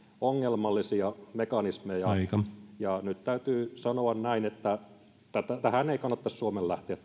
ongelmallisia mekanismeja ja nyt täytyy sanoa näin että tähän elvytyspakettiin ei kannattaisi suomen lähteä